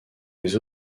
des